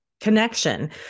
connection